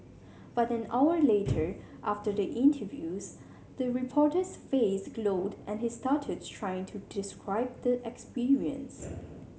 but an hour later after the interviews the reporter's face glowed and he stuttered trying to describe the experience